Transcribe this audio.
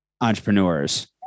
entrepreneurs